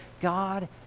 God